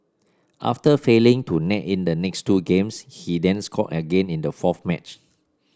after failing to net in the next two games he then scored again in the fourth match